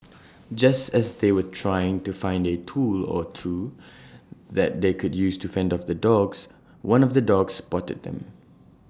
just as they were trying to find A tool or two that they could use to fend off the dogs one of the dogs spotted them